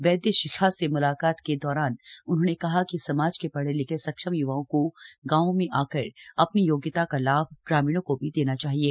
वैद्य शिखा से मुलाकात के दौरान उन्होंने कहा कि समाज के पढ़े लिखे सक्षम य्वाओं को गाँवों में आकर अपनी योग्यता का लाभ ग्रामीणों को भी देना चाहिये